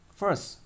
first